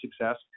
success